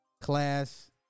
Class